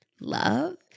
Love